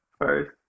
first